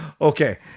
Okay